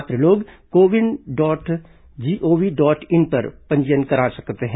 पात्र लोग CoWIN dot GOV dot in पर पंजीकरण करा सकते हैं